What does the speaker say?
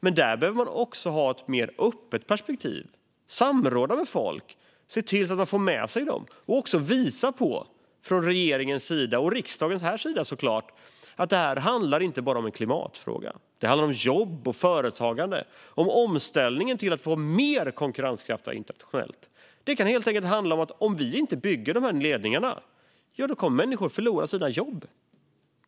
Men de behöver också ha ett mer öppet perspektiv, samråda med folk, se till att få dem med sig och även visa från regeringens och såklart riksdagens sida att det här inte bara är en klimatfråga. Det handlar om jobb och företagande och om omställningen till att få mer konkurrenskraft internationellt. Det kan helt enkelt handla om att om vi inte bygger de här ledningarna, ja, då kommer människor att förlora sina jobb.